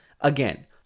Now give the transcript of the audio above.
Again